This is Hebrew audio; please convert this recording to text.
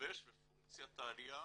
השתבש ופונקציית העלייה,